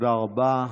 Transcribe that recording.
תודה רבה.